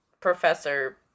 Professor